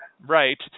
Right